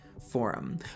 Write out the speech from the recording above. forum